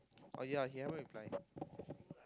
oh ya he haven't reply